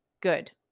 good